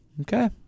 Okay